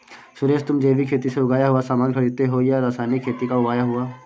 सुरेश, तुम जैविक खेती से उगाया हुआ सामान खरीदते हो या रासायनिक खेती का उगाया हुआ?